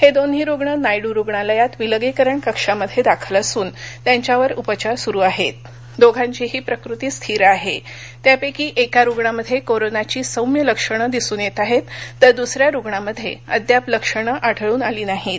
हव्रीन्ही रुग्ण नायडू रुग्णालयात विलगीकरण कक्षामध्यव्राखल असून त्यांच्यावर उपचार सुरु आहृत दोघांचीही प्रकृती स्थिर आह त्यापैकी एका रुग्णामध्या क्रोरोनाची सौम्य लक्षण दिसून येत आह जर द्स या रुग्णामध्य क्रिद्याप लक्षणं आढळून आली नाहीत